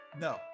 No